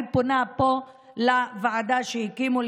אני פונה פה לוועדה שהקימו,